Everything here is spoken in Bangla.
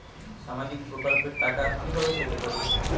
সামাজিক প্রকল্পের টাকা কিভাবে পেতে পারি?